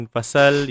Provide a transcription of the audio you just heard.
Pasal